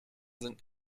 sind